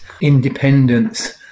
independence